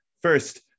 First